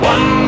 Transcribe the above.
One